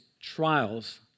trials